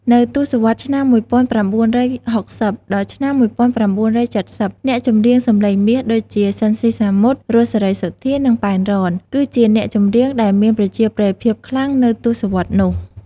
នៅទសវត្សរ៍ ឆ្នាំ ១៩៦០ ដល់ ឆ្នាំ ១៩៧០ អ្នកចម្រៀងសម្លេងមាស ដូចជា ស៊ីន ស៊ីសាមុត, រស់ សេរីសុទ្ធា, និង ប៉ែន រ៉នគឹជាអ្នកចម្រៀងដែលមានប្រជាប្រិយភាពខ្លាំងនៅទសត្សរ៍នោះ។